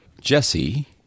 Jesse